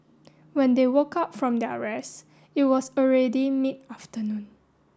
when they woke up from their rest it was already mid afternoon